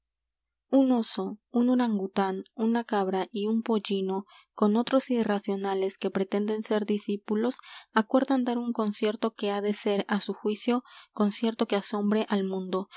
un oso un orangután una cabra y un pollino con otros irracionales que pretenden ser discípulos acuerdan dar un concierto que ha de ser á su juicio concierto que asombre al mundo